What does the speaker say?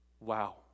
Wow